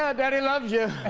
ah daddy loves you